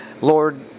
Lord